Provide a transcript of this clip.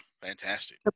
Fantastic